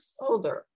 older